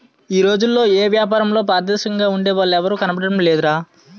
ఈ రోజుల్లో ఏపారంలో పారదర్శకంగా ఉండే వాళ్ళు ఎవరూ కనబడడం లేదురా